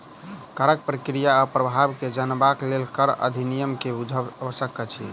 करक प्रक्रिया आ प्रभाव के जनबाक लेल कर अधिनियम के बुझब आवश्यक अछि